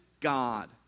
God